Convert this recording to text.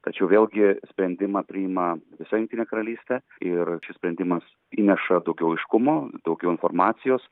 tačiau vėlgi sprendimą priima visa jungtinė karalystė ir šis sprendimas įneša daugiau aiškumo daugiau informacijos